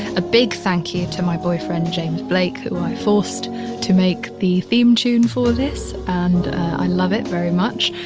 a big thank you to my boyfriend, james blake, who i forced to make the theme tune for this. and i love it very much.